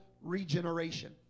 regeneration